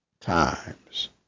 times